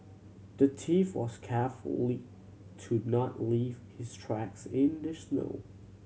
the thief was carefully to not leave his tracks in the snow